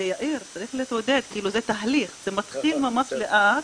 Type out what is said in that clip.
ויאיר, צריך להתעודד, זה תהליך, זה מתחיל ממש לאט,